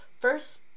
first